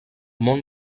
món